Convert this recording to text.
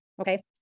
Okay